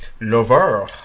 lover